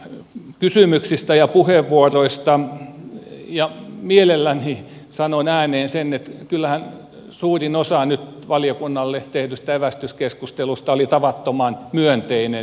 kiitän kysymyksistä ja puheenvuoroista ja mielelläni sanon ääneen sen että kyllähän suurin osa nyt valiokunnalle tehdystä evästyskeskustelusta oli tavattoman myönteinen